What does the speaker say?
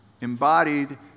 embodied